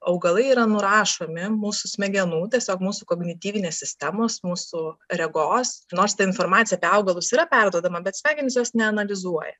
augalai yra nurašomi mūsų smegenų tiesiog mūsų kognityvinės sistemos mūsų regos nors ta informacija apie augalus yra perduodama bet smegenys jos neanalizuoja